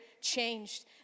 changed